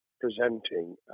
presenting